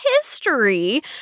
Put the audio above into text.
history